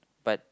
but